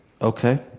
Okay